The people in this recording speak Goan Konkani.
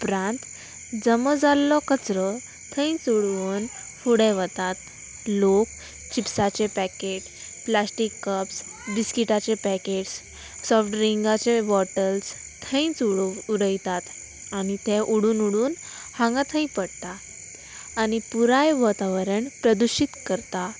उपरांत जम जाल्लो कचरो थंयच उडोवन फुडें वतात लोक चिप्साचे पॅकेट प्लास्टीक कप्स बिस्किटाचे पॅकेट्स सॉफ्ट ड्रिंकाचे बॉटल्स थंयच उड उडयतात आनी ते उडून उडून हांगा थंय पडटा आनी पुराय वतावरण प्रदुशीत करता